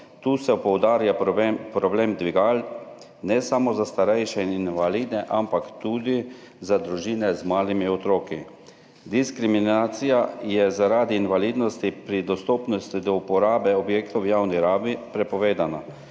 Tu se poudarja problem dvigal, ne samo za starejše in invalide, ampak tudi za družine z malimi otroki. Diskriminacija je zaradi invalidnosti pri dostopnosti do uporabe objektov v javni rabi prepovedana.